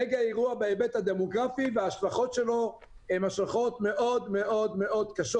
מגה אירוע בהיבט הדמוגרפי וההשלכות שלו הן השלכות מאוד קשות.